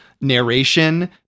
narration